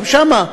גם שם,